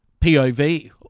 POV